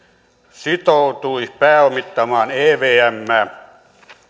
sitoutui pääomittamaan evmää